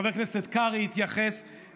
חבר הכנסת קרעי התייחס,